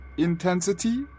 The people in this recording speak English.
intensity